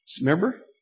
Remember